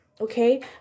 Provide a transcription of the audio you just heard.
okay